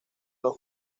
los